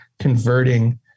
Converting